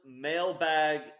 mailbag